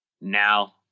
Now